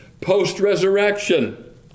post-resurrection